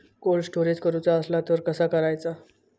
Cold storage करूचा असला तर कसा करायचा?